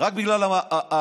רק בגלל המגדר.